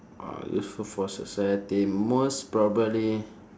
uh useful for society most probably